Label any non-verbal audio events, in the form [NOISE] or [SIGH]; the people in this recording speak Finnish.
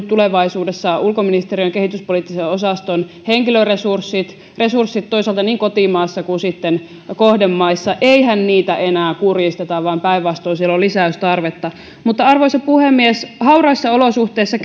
[UNINTELLIGIBLE] tulevaisuudessa ulkoministeriön kehityspoliittisen osaston henkilöresurssit resurssit niin kotimaassa kuin kohdemaissa eihän niitä enää kurjisteta päinvastoin siellä on lisäystarvetta arvoisa puhemies hauraissa olosuhteissa [UNINTELLIGIBLE]